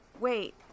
Wait